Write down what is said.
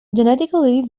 genetically